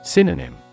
Synonym